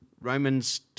Romans